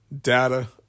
data